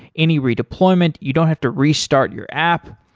any redeployment, you don't have to restart your app.